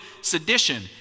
sedition